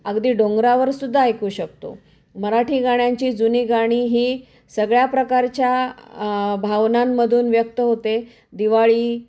अगदी डोंगरावर सुद्धा ऐकू शकतो मराठी गाण्यांची जुनी गाणी ही सगळ्या प्रकारच्या भावनांमधून व्यक्त होते दिवाळी